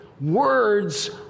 Words